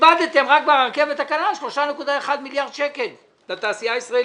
איבדתם רק ברכבת הקלה 3.1 מיליארד שקל לתעשייה הישראלית.